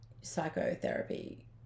psychotherapy